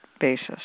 basis